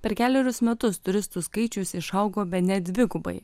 per kelerius metus turistų skaičius išaugo bene dvigubai